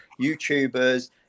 YouTubers